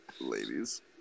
Ladies